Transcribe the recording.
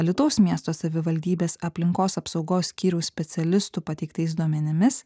alytaus miesto savivaldybės aplinkos apsaugos skyriaus specialistų pateiktais duomenimis